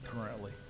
currently